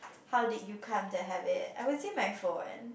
how did you come to have it I would say my phone